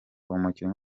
umukinnyi